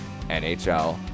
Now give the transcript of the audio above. NHL